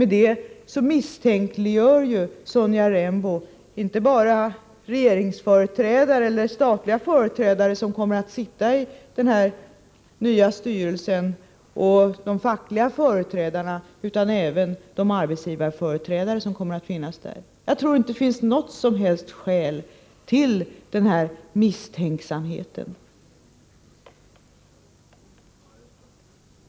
Därmed misstänkliggör Sonja Rembo inte bara regeringsföreträdare eller statliga företrädare och fackliga företrädare som kommer att sitta i den nya styrelsen utan även de arbetsgivarföreträdare som kommer att finnas där. Jag tror inte det finns någon som helst grund för en sådan misstänksamhet.